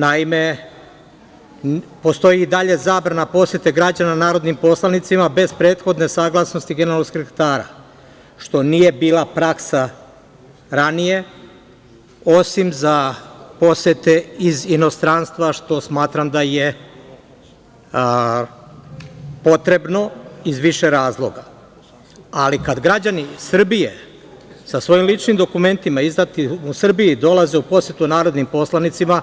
Naime, postoji i dalje zabrana poseta građana narodnim poslanicima bez prethodne saglasnosti generalnog sekretara, što nije bila praksa ranije, osim za posete iz inostranstva, što smatram da je potrebno, iz više razloga, ali kada građani Srbije, sa svojim ličnim dokumentima izdatim u Srbiji dolaze u poseti narodnim poslanicima,